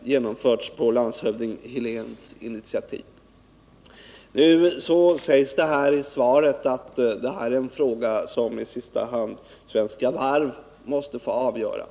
genomförts på landshövding Heléns initiativ. Nu sägs det i svaret på interpellationen att denna fråga i sista hand måste få avgöras av Svenska Varv.